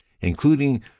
including